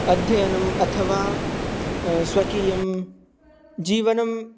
अध्ययनम् अथवा स्वकीयं जीवनं